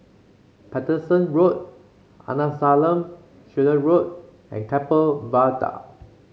Paterson Road Arnasalam Chetty Road and Keppel Viaduct